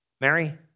Mary